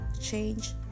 change